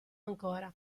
ancora